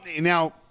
now